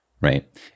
Right